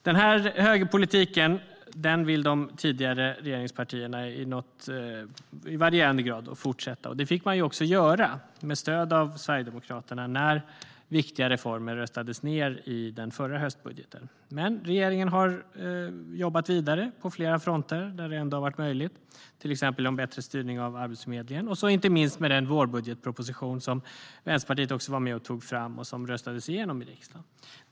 Den här högerpolitiken vill de tidigare regeringspartierna i varierande grad fortsätta, och det fick man också göra med stöd av Sverigedemokraterna när viktiga reformer röstades ned i den förra höstbudgeten. Men regeringen har jobbat vidare på flera fronter där det ändå har varit möjligt, till exempel när det gäller en bättre styrning av Arbetsförmedlingen och inte minst med den vårbudgetproposition Vänsterpartiet var med och tog fram och som röstades igenom i riksdagen.